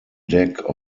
deck